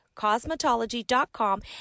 cosmetology.com